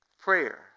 prayer